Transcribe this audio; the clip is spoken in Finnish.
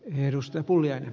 arvoisa puhemies